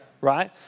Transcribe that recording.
Right